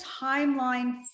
timeline